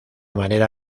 manera